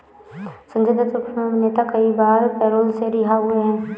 Sanjay Dutt film अभिनेता कई बार पैरोल से रिहा हुए हैं